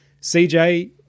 CJ